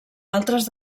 altres